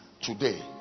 Today